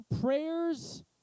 prayers